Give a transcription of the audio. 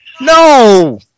No